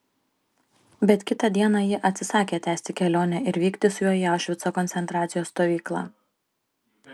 bet kitą dieną ji atsisakė tęsti kelionę ir vykti su juo į aušvico koncentracijos stovyklą